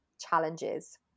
challenges